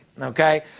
okay